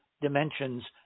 dimensions